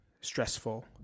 stressful